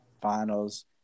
finals